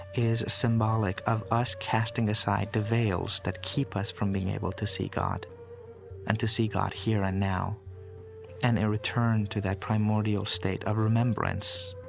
is symbolic of us casting aside the veils that keep us from being able to see god and to see god here and now and a return to that primordial state of remembrance